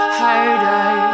harder